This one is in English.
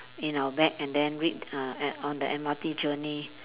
in our bag and then read uh at on the M_R_T journey